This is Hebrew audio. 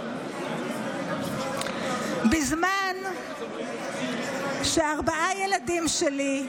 בזמן שארבעה ילדים שלי,